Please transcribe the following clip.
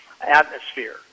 atmosphere